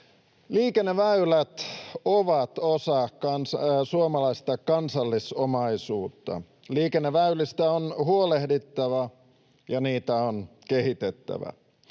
Liikenneväylät ovat osa suomalaista kansallisomaisuutta. Liikenneväylistä on huolehdittava, ja niitä on kehitettävä.